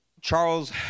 Charles